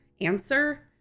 answer